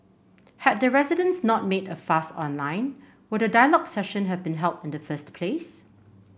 had the residents not made a fuss online would a dialogue session have been held in the first place